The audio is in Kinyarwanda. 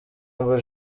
humble